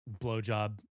blowjob